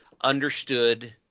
understood